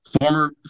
Former